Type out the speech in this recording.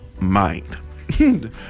mind